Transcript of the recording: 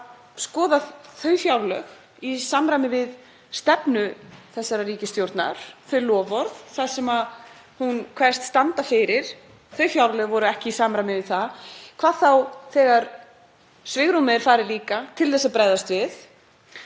að skoða þau fjárlög með tilliti til stefnu þessarar ríkisstjórnar, þau loforð sem hún kveðst standa fyrir. Þau fjárlög voru ekki í samræmi við það, hvað þá þegar svigrúmið til að bregðast við